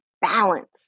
balance